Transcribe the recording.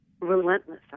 relentless